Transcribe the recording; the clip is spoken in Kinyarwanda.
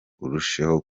urusheho